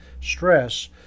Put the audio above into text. stress